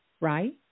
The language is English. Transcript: right